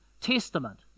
Testament